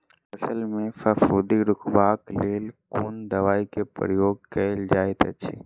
फसल मे फफूंदी रुकबाक लेल कुन दवाई केँ प्रयोग कैल जाइत अछि?